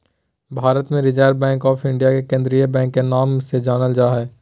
भारत मे reserve bank of India के केंद्रीय बैंक के नाम से जानल जा हय